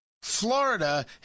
Florida